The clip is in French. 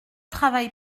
travail